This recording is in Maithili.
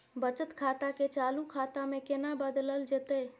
बचत खाता के चालू खाता में केना बदलल जेतै?